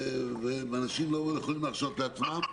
והאנשים לא יכולים להרשות לעצמם.